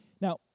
Now